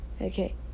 Okay